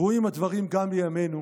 וראויים הדברים גם בימינו,